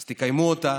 אז תקיימו אותה